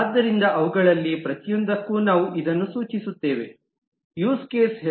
ಆದ್ದರಿಂದ ಅವುಗಳಲ್ಲಿ ಪ್ರತಿಯೊಂದಕ್ಕೂ ನಾವು ಇದನ್ನು ಸೂಚಿಸುತ್ತೇವೆ ಯೂಸ್ ಕೇಸ್ ಹೆಸರು